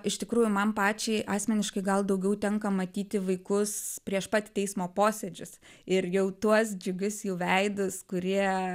iš tikrųjų man pačiai asmeniškai gal daugiau tenka matyti vaikus prieš pat teismo posėdžius ir jau tuos džiugius jų veidus kurie